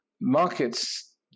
markets